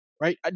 Right